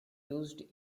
used